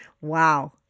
Wow